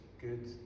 good